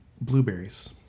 blueberries